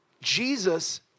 Jesus